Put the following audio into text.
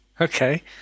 Okay